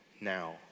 now